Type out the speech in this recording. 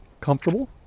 comfortable